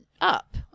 up